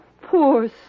poor